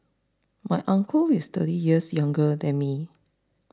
my uncle is thirty years younger than me